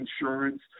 insurance